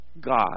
God